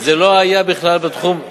זה לא היה בכלל בתחום.